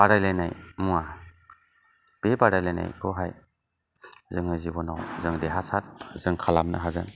बादायलायनाय मुवा बे बादायलायनायखौहाय जोङो जिबनाव जों देरहासाद जोंं खालामनो हागोन